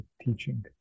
teaching